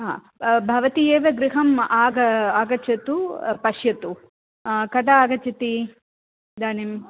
हा भवती एव गृहम् आग आगच्छतु पश्यतु कदा आगच्छति इदानीं